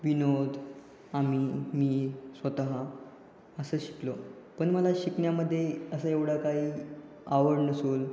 विनोद आम्ही मी स्वतः असं शिकलो पण मला शिकण्यामध्ये असा एवढा काही आवड नसून